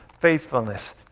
faithfulness